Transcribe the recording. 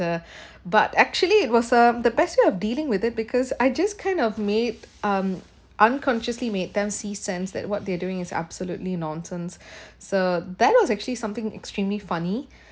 uh but actually it was uh the best way of dealing with it because I just kind of made um unconsciously made them see sense that what they're doing is absolutely nonsense so that was actually something extremely funny